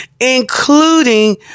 including